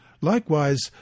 Likewise